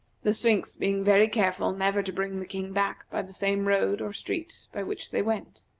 the sphinx being very careful never to bring the king back by the same road or street by which they went.